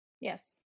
Yes